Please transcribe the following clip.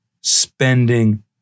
spending